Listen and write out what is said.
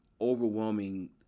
overwhelming